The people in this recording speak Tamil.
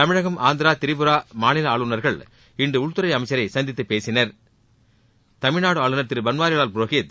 தமிழகம் ஆந்திரா திரிபுரா மாநில ஆளுனா்கள் இன்று உள்துறை அமைச்சரை சந்தித்து பேசினா் தமிழ்நாடு ஆளுனர் திரு பன்வாரிலால் புரோகித்